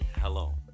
Hello